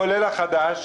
כולל החדש,